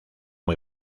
muy